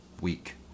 week